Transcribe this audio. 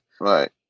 right